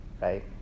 right